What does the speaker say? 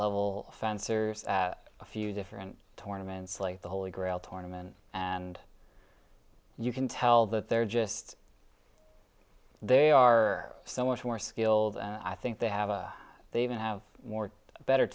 level fencers a few different tournament's like the holy grail tournament and you can tell that they're just they are so much more skilled i think they have a they even have more better